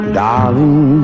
darling